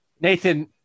Nathan